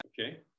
Okay